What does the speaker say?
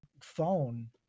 phone